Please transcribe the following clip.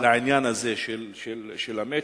לעניין הזה של ה"מצ'ינג",